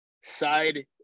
side